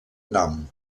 nom